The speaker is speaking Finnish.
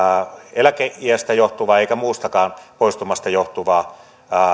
eläkeiästä johtuvaa eivätkä muustakaan poistumasta johtuvaa